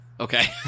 okay